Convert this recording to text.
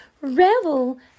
revel